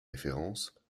référence